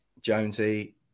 Jonesy